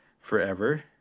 forever